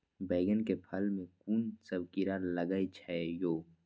बैंगन के फल में कुन सब कीरा लगै छै यो?